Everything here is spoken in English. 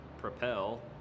propel